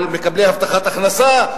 על מקבלי הבטחת הכנסה,